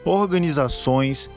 organizações